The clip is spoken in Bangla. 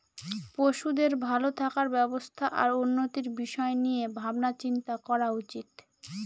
পশুদের ভালো থাকার ব্যবস্থা আর উন্নতির বিষয় নিয়ে ভাবনা চিন্তা করা উচিত